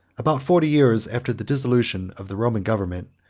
about forty years after the dissolution of the roman government,